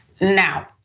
Now